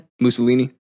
Mussolini